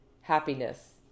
happiness